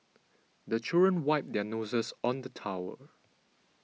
the children wipe their noses on the towel